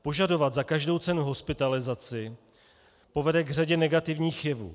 Požadovat za každou cenu hospitalizaci povede k řadě negativních jevů.